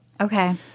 Okay